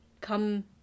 come